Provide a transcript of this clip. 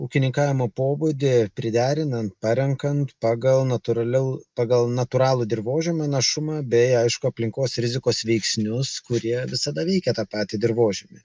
ūkininkavimo pobūdį priderinant parenkant pagal natūraliau pagal natūralų dirvožemio našumą bei aišku aplinkos rizikos veiksnius kurie visada veikė tą patį dirvožemį